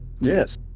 Yes